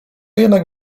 jednak